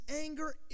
anger